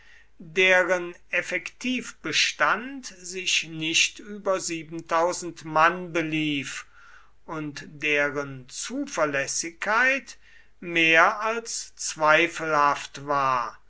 deren effektivbestand sich nicht über mann belief und deren zuverlässigkeit mehr als zweifelhaft war